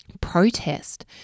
protest